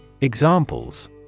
Examples